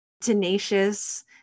Tenacious